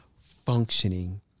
functioning